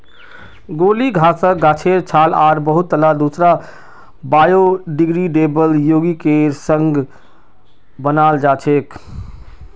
गीली घासक गाछेर छाल आर बहुतला दूसरा बायोडिग्रेडेबल यौगिकेर संग बनाल जा छेक